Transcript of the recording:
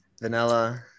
Vanilla